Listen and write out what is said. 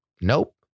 Nope